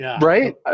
Right